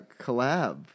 Collab